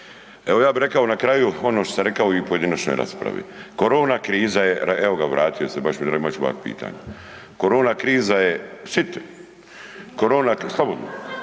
Evo ja bi rekao na kraju ono što sam rekao i u pojedinačnoj raspravi. Korona kriza je, evo ga vratio se, …/Govornik se ne razumije/…pitanje. Korona kriza je, sidite, korona, slobodno,